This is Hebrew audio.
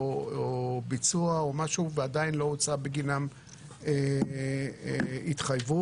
ביצוע ועדיין לא הוצאה בגינם התחייבות.